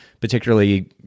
particularly